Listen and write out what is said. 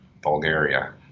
Bulgaria